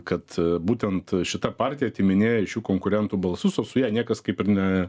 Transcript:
kad būtent šita partija atiminėja iš jų konkurentų balsus o su ja niekas kaip ir ne